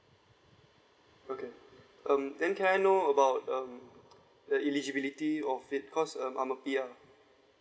okay um then can I know about um the eligibility or fit cause um I'm a P_R